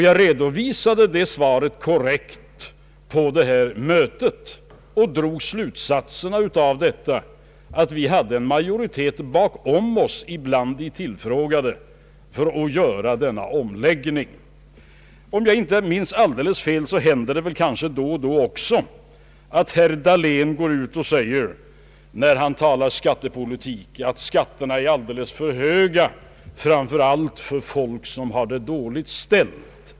Jag redovisade detta svar korrekt på mötet Statsverkspropositionen m.m. och drog den slutsatsen att majoriteten av de tillfrågade stod bakom oss för att göra denna omläggning. Om jag inte minns alldeles fel, har det väl hänt då och då att också herr Dahlén, när han talar skattepolitik, gått ut och sagt att skatterna är alldeles för höga, framför allt för folk som har det dåligt ställt.